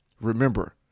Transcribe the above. Remember